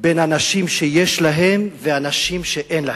בין אנשים שיש להם לבין אנשים שאין להם,